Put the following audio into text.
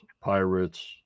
pirates